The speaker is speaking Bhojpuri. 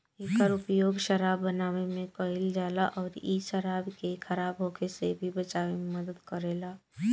एकर उपयोग शराब बनावे में कईल जाला अउरी इ शराब के खराब होखे से भी बचावे में मदद करेला